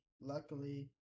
luckily